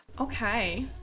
Okay